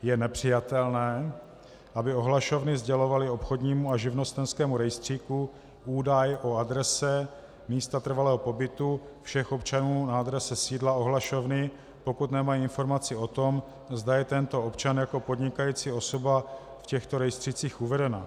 Je nepřijatelné, aby ohlašovny sdělovaly obchodnímu a živnostenskému rejstříku údaj o adrese místa trvalého pobytu všech občanů na adrese sídla ohlašovny, pokud nemají informaci o tom, zda je tento občan jako podnikající osoba v těchto rejstřících uveden.